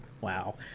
Wow